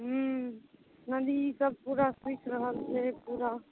नदी सब पूरा सुखि रहल छै पूरा